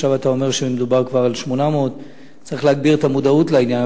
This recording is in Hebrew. ועכשיו אתה אומר שמדובר כבר על 800. צריך להגביר את המודעות לעניין.